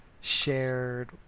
shared